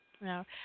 no